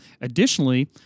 Additionally